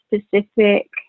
specific